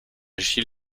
gil